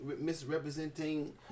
misrepresenting